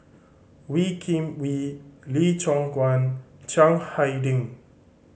Wee Kim Wee Lee Choon Guan Chiang Hai Ding